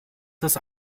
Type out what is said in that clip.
das